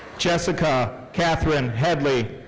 jessica katherine hedley.